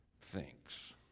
thinks